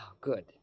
good